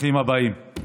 ברוכים הבאים.